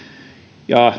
ja